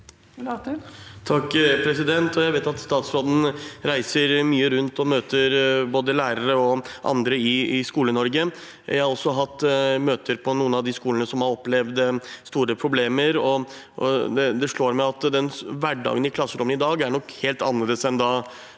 (FrP) Jeg vet at stats- råden reiser mye rundt og møter både lærere og andre i Skole-Norge. Jeg har også hatt møter på noen av de skolene som har opplevd store problemer, og det slår meg at hverdagen i klasserommet i dag nok er helt annerledes enn da